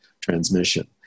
transmission